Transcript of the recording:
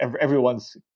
everyone's